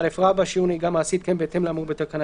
6א.שיעור נהיגה מעשי יתקיים בהתאם לאמור בתקנה